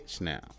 now